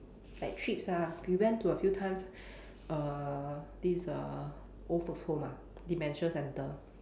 like trips ah we went to a few times err this err old folks' home ah dementia centre